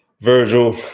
Virgil